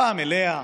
פעם אליה,